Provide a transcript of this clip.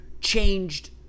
changed